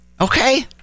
Okay